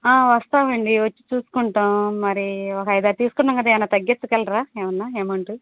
వస్తామండి వచ్చి చూస్కుంటాము మరి ఒక ఐదారు తీసుకున్నాంము కదా ఏమైనా తగ్గించగలరా ఏమైనా అమౌంటు